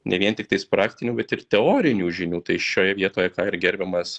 ne vien tiktais praktinių bet ir teorinių žinių tai šioje vietoje ką ir gerbiamas